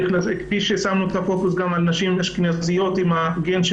כפי ששמנו את הפוקוס גם נשים אשכנזיות עם הגן של